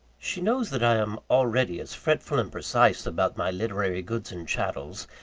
she knows that i am already as fretful and precise about my literary goods and chattels,